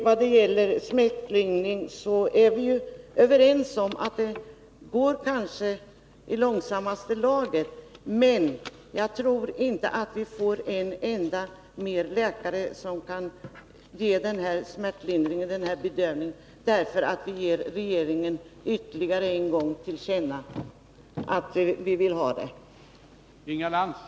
Vad gäller smärtlindring är vi överens om att det kanske går i långsammaste laget. Men jag tror inte att vi får ytterligare en enda läkare, som kan ge denna bedövning, genom att vi ännu en gång ger regeringen till känna att vi vill ha det så.